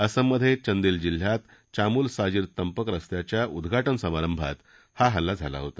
आसाममधे चंदेल जिल्ह्यात चामोल साजिर तंपक रस्त्याच्या उद्वाटन समारंभात हा हल्ला झाला होता